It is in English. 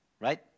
right